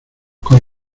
con